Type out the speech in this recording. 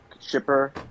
shipper